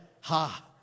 ha